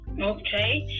okay